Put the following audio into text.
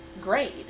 grade